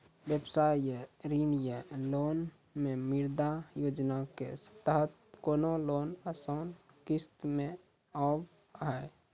व्यवसाय ला ऋण या लोन मे मुद्रा योजना के तहत कोनो लोन आसान किस्त मे हाव हाय?